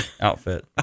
outfit